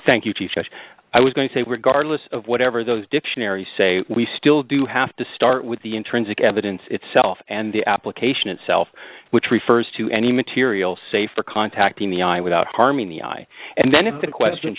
judge i was going to say were garlands of whatever those dictionary say we still do have to start with the intrinsic evidence itself and the application itself which refers to any material say for contacting the eye without harming the eye and then if the question